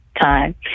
time